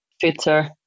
fitter